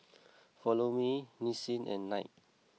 Follow Me Nissin and Knight